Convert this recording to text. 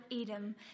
Edom